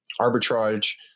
arbitrage